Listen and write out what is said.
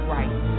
right